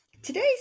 Today's